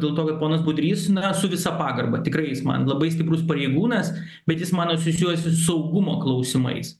dėl to kad ponas budrys na su visa pagarba tikrai jis man labai stiprus pareigūnas bet jis man asosiuojasi saugumo klausimais